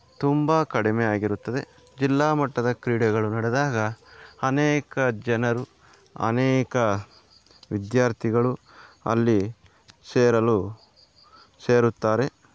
ತುಂಬ ಕಡಿಮೆ ಆಗಿರುತ್ತದೆ ಜಿಲ್ಲ ಮಟ್ಟದ ಕ್ರೀಡೆಗಳು ನಡೆದಾಗ ಅನೇಕ ಜನರು ಅನೇಕ ವಿದ್ಯಾರ್ಥಿಗಳು ಅಲ್ಲಿ ಸೇರಲು ಸೇರುತ್ತಾರೆ